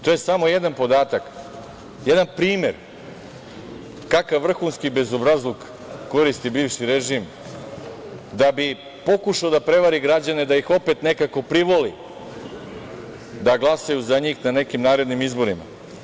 To je samo jedan podatak, jedan primer kakav vrhunski bezobrazluk koristi bivši režim da bi pokušao da prevari građane, da ih opet nekako privoli da glasaju za njih na nekim narednim izborima.